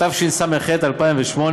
התשס"ח 2008,